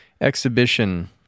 exhibition